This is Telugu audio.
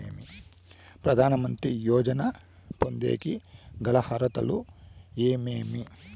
ప్రధాన మంత్రి యోజన పొందేకి గల అర్హతలు ఏమేమి?